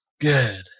Good